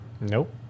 nope